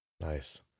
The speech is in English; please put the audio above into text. Nice